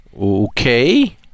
Okay